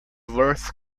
worth